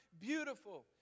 beautiful